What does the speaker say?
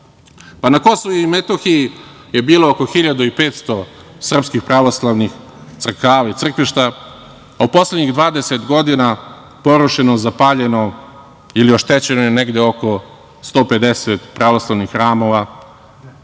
Na Kosovu i Metohiji je bilo oko 1.500 srpskih pravoslavnih crkava i crkvišta, a u poslednjih 20 godina porušeno, zapaljeno ili oštećeno je negde oko 150 pravoslavnih hramova,